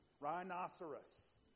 Rhinoceros